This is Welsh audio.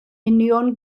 union